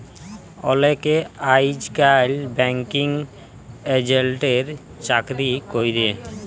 অলেকে আইজকাল ব্যাঙ্কিং এজেল্টের চাকরি ক্যরে